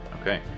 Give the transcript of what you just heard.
Okay